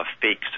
fake